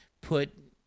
put